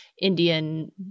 Indian